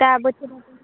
दा बोथोरा